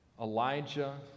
Elijah